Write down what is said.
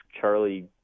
Charlie